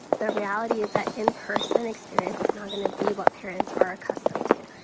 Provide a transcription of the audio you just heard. the reality is that in-person experience is not gonna be what parents are accustomed to.